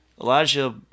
Elijah